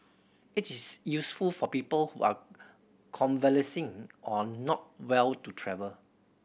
it is useful for people who are convalescing or not well to travel